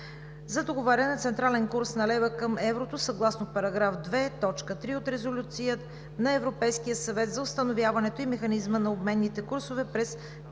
за договаряне на централен курс на лева към еврото съгласно параграф 2.3 от Резолюция на Европейския съвет за установяването на механизъм на обменните курсове през